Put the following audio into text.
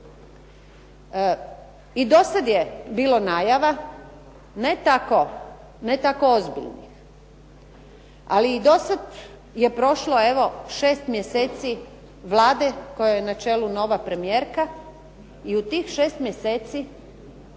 I do sada je bilo najava ne tako ozbiljnih. Ali je do sada prošlo 6 mjeseci Vlade kojoj je na čelu nova premijerka i u tih 6 mjeseci